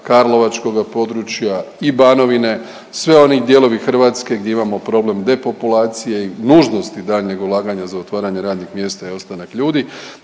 Karlovačkoga područja i Banovine, sve oni dijelovi Hrvatske gdje imamo problem depopulacije i nužnosti daljnjeg ulaganja za otvaranje radnih mjesta i ostanak ljudi